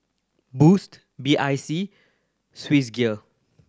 Boost B I C Swissgear